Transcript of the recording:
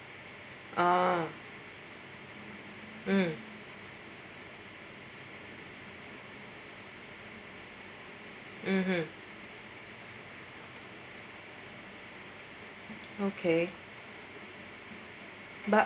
oh mm mmhmm okay but